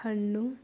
ಹಣ್ಣು